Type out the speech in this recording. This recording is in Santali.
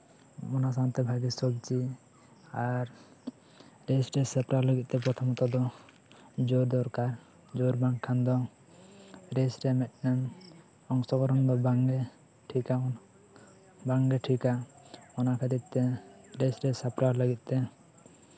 ᱚᱱᱟ ᱥᱟᱶᱛᱮ ᱵᱷᱟᱹᱜᱤ ᱥᱚᱵᱡᱤ ᱟᱨ ᱨᱮᱥ ᱨᱮ ᱥᱟᱯᱲᱟᱣ ᱞᱟᱹᱜᱤᱫᱛᱮ ᱯᱨᱚᱛᱷᱚᱢ ᱨᱮᱫᱚ ᱡᱳᱨ ᱫᱚᱨᱠᱟᱨ ᱡᱳᱨ ᱵᱟᱝᱠᱷᱟᱱ ᱫᱚ ᱨᱮᱥ ᱨᱮ ᱢᱤᱫᱴᱟᱝ ᱚᱝᱥᱚᱜᱨᱚᱦᱚᱱ ᱫᱚ ᱵᱟᱝᱜᱮ ᱴᱷᱤᱠᱼᱟ ᱵᱟᱝᱜᱮ ᱴᱷᱤᱠᱼᱟ ᱚᱱᱟ ᱠᱷᱟᱹᱛᱤᱨ ᱛᱮ ᱨᱮᱥ ᱨᱮ ᱥᱟᱯᱲᱟᱣ ᱞᱟᱹᱜᱤᱫᱛᱮ